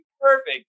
perfect